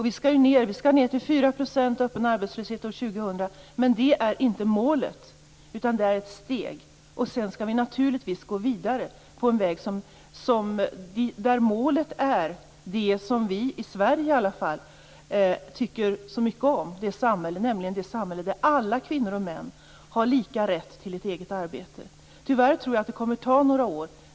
Vi skall ned till en öppen arbetslöshet på 4 % år 2000, men det är inte målet, utan det är ett steg på vägen. Sedan skall vi naturligtvis gå vidare på en väg där målet är det samhälle som vi i Sverige tycker så mycket om, nämligen det samhälle där alla kvinnor och män har lika rätt till ett eget arbete. Tyvärr tror jag att det kommer att ta några år.